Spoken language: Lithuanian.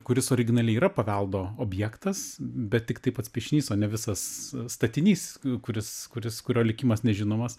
kuris originaliai yra paveldo objektas bet tiktai pats piešinys o ne visas statinys kuris kuris kurio likimas nežinomas